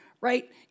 right